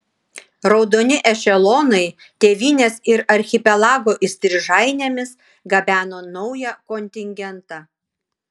raudoni ešelonai tėvynės ir archipelago įstrižainėmis gabeno naują kontingentą